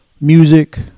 Music